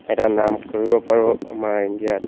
এটা নাম কৰিব পাৰোঁ আমাৰ ইণ্ডিয়াত